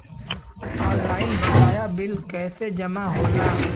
Online बकाया bill कैसे जमा होला?